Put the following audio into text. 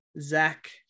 Zach